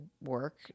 work